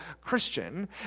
Christian